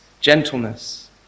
gentleness